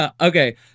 Okay